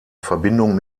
verbindung